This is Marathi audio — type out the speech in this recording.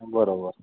बरोबर